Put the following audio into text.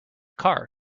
car